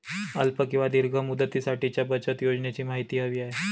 अल्प किंवा दीर्घ मुदतीसाठीच्या बचत योजनेची माहिती हवी आहे